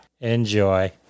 Enjoy